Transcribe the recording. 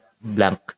blank